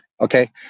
Okay